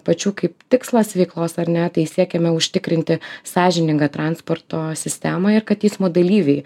pačių kaip tikslas veiklos ar ne tai siekiame užtikrinti sąžiningą transporto sistemą ir kad eismo dalyviai